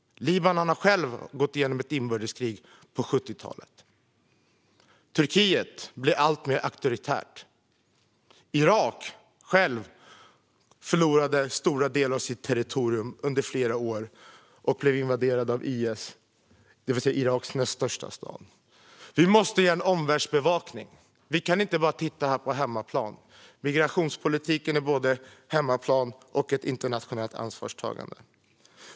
Libanon har självt gått igenom ett inbördeskrig på 70-talet. Turkiet blir alltmer auktoritärt. Irak förlorade stora delar av sitt territorium under flera år, och Iraks näst största stad blev invaderad av IS. Vi måste göra en omvärldsbevakning. Vi kan inte bara titta på hemmaplan. Migrationspolitiken är ett ansvarstagande både på hemmaplan och internationellt.